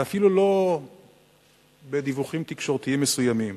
ואפילו לא בדיווחים תקשורתיים מסוימים,